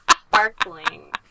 sparkling